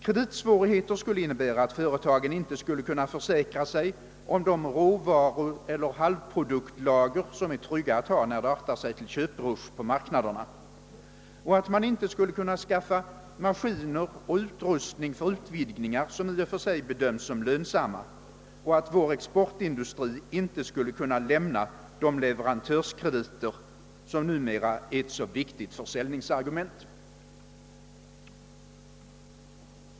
Kreditsvårigheter skulle innebära att företagen inte kunde försäkra sig om de råvarueller halvproduktlager, som det är tryggt att ha när det artar sig till köprush på marknaderna, och att man inte skulle kunna skaffa maskiner och utrustningar för utvidgningar som i och för sig bedöms som lönsamma. Vår exportindustri skulle inte heller kunna lämna de leverantörskrediter som numera är ett så viktigt försäljningsargument.